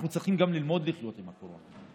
אנחנו צריכים גם ללמוד לחיות עם הקורונה.